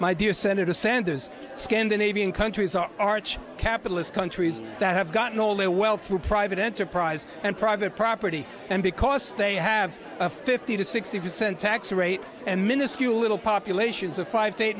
dear senator sanders scandinavian countries are arch capitalist countries that have gotten all the wealth through private enterprise and private property and because they have a fifty to sixty percent tax rate and minuscule little populations of five to eight